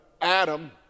Adam